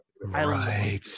Right